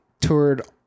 toured